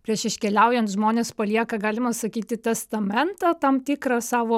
prieš iškeliaujant žmonės palieka galima sakyti testamentą tam tikrą savo